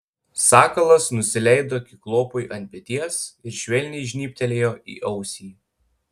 sakalas nusileido kiklopui ant peties ir švelniai žnybtelėjo į ausį